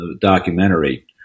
documentary